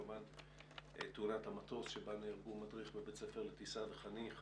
לאחרונה כמובן המטוס בה נהרגו מדריך בבית ספר לטיסה וחניך,